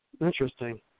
Interesting